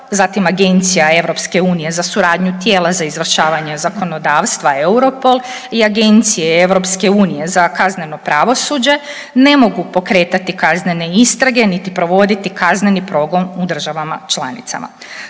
zatim Agencija EU za suradnju tijela za izvršavanje zakonodavstva-EUROPOL i Agencije EU za kazneno pravosuđe, ne mogu pokretati kaznene istrage niti provoditi kazneni progon u državama članicama.